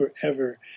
forever